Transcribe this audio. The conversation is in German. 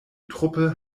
truppe